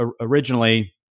originally